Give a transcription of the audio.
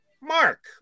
Mark